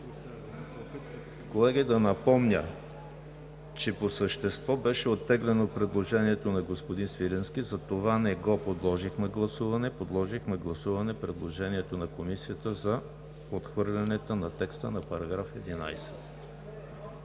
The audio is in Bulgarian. Колеги, да напомня, че по същество беше оттеглено предложението на господин Свиленски, затова не го подложих на гласуване. Подложих на гласуване предложението на Комисията за отхвърлянето на текста на § 11.